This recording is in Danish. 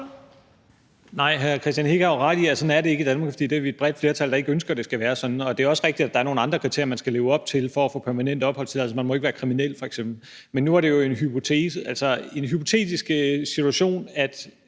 Nej, hr. Kristian Hegaard har ret i, at sådan er det ikke i Danmark, fordi vi er et bredt flertal, der ikke ønsker det skal være sådan. Og det er også rigtigt, at der er nogle andre kriterier, man skal leve op til, for at få permanent opholdstilladelse – man må ikke være kriminel f.eks. Men nu var det jo en hypotetisk situation, at